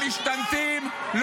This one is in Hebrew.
המשתמטים,